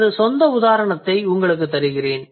எனது சொந்த உதாரணத்தை உங்களுக்கு தருகிறேன்